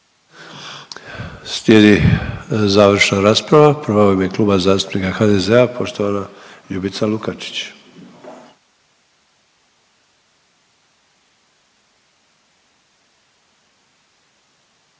Slijedi završna rasprava. Prva u ime Kluba zastupnika HDZ-a poštovana Ljubica Lukačić.